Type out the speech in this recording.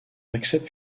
accepte